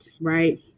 right